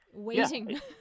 waiting